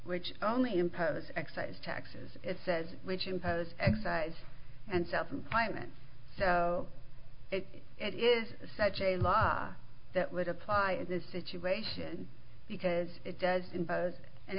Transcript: which only imposes excise taxes it says which impose excise and self employment so if it is such a law that would apply in this situation because it does in buzz and